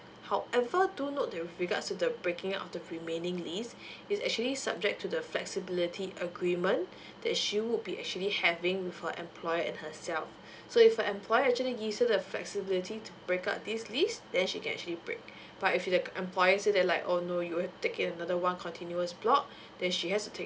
however do note that with regards to the breaking up to the remaining leave it's actually subject to the flexibility agreement that she would be actually having with her employ and herself so if employer actually gives you the flexibility to break up this leave then she actually break but if that employer said that like oh no you wont take care of another continuous block then she has to take